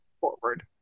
forward